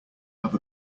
have